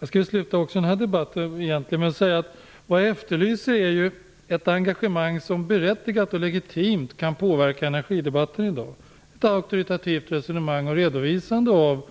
Avslutningsvis efterlyser jag ett engagemang som berättigat och legitimt kan påverka energidebatten i dag - ett auktoritativt resonemang och en redovisning av